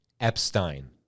Epstein